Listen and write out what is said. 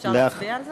אפשר להצביע על זה?